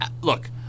look